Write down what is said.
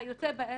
וכיוצא באלה,